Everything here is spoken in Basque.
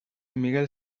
miguel